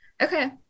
okay